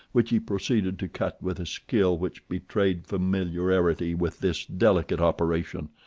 which he proceeded to cut with a skill which betrayed familiarity with this delicate operation.